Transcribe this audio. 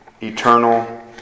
eternal